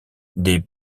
des